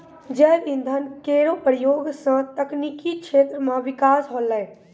जैव इंधन केरो प्रयोग सँ तकनीकी क्षेत्र म बिकास होलै